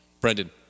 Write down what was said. Brendan